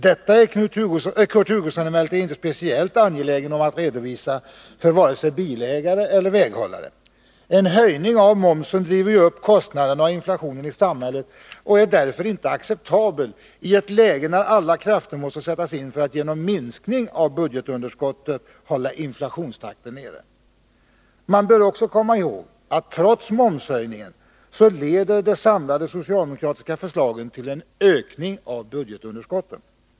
Detta är Kurt Hugosson emellertid inte speciellt angelägen om att redovisa för vare sig bilägare eller väghållare. En höjning av momsen driver ju upp kostnaderna och inflationen i samhället och är därför inte acceptabel i ett läge där alla krafter måste sättas in för att genom minskning av budgetunderskottet hålla inflationstakten nere. Man bör också komma ihåg att de samlade socialdemokratiska förslagen trots momshöjningen leder till en ökning av budgetunderskottet.